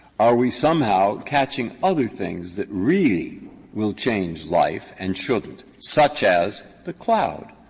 are we somehow catching other things that really will change life and shouldn't, such as the cloud?